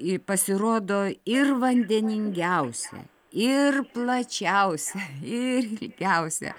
ji pasirodo ir vandeningiausia ir plačiausia ir ilgiausia